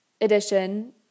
edition